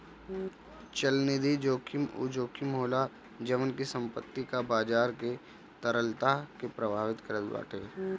चलनिधि जोखिम उ जोखिम होला जवन की संपत्ति कअ बाजार के तरलता के प्रभावित करत बाटे